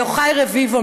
יוחאי רביבו,